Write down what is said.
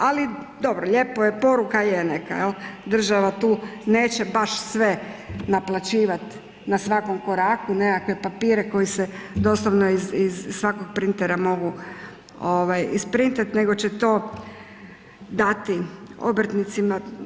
Ali dobro, lijepo je poruka je neka, država tu neće baš sve naplaćivati na svakom koraku nekakve papire koji se doslovno iz svakog printera mogu isprintati nego će to dati obrtnicima.